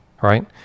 right